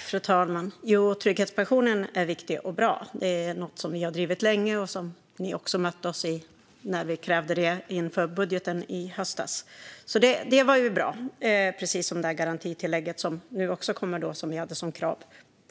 Fru talman! Ja, trygghetspensionen är viktig och bra. Det är något som vi har drivit länge och som ni också mötte oss i när vi krävde det inför budgetvoteringen i höstas. Det var bra, precis som garantitillägget som också kommer nu - det som vi hade som krav